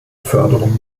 förderung